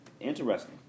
Interesting